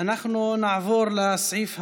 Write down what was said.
אנחנו נעבור לסעיף הבא: